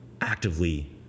actively